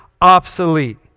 obsolete